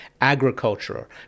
agriculture